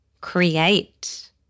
create